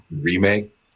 remake